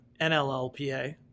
NLLPA